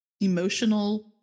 emotional